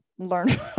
learn